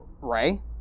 Ray